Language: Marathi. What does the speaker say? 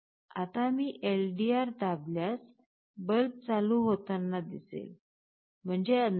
आता मी LDR दाबल्यास बल्ब चालू होताना दिसेल म्हणजे अंधार आहे